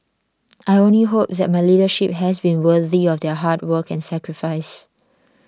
I only hope that my leadership has been worthy of their hard work and sacrifice